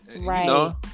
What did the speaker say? Right